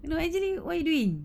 you know actually what you doing